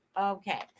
Okay